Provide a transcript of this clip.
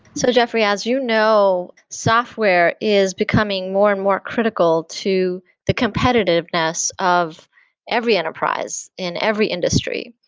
so jeffrey, as you know, software is becoming more and more critical to the competitiveness of every enterprise in every industry.